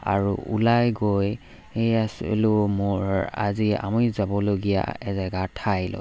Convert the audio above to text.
আৰু ওলাই গৈ সে আছিলোঁ মোৰ আজি আমি যাবলগীয়া এ জেগা ঠাইলৈ